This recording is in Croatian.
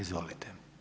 Izvolite.